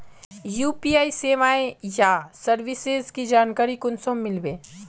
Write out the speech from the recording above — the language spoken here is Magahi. यु.पी.आई सेवाएँ या सर्विसेज की जानकारी कुंसम मिलबे?